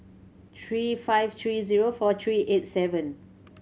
three five three zero four three eight seven